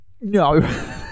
No